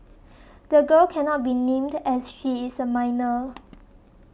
the girl cannot be named as she is a minor